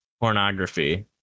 pornography